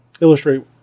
illustrate